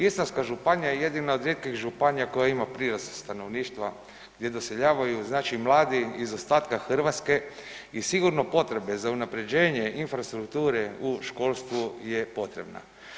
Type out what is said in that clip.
Istarska županija je jedina od rijetkih županija koja ima prirast stanovništva, gdje doseljavaju znači mladi iz ostatka Hrvatske i sigurno potrebe za unaprjeđenje infrastrukture u školstvu je potrebna.